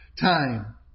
time